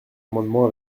amendement